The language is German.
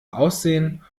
aussehen